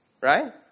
Right